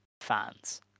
fans